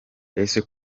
ese